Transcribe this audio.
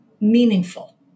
meaningful